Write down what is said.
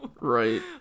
Right